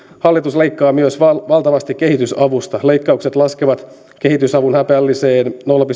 hallitus leikkaa myös valtavasti kehitysavusta leikkaukset laskevat kehitysavun häpeälliseen